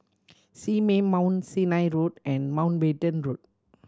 Simei Mount Sinai Road and Mountbatten Road